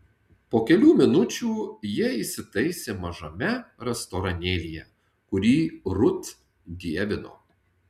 po kelių minučių jie įsitaisė mažame restoranėlyje kurį rut dievino